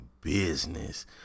business